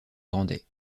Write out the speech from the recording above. grandet